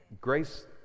Grace